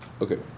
okay